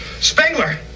Spengler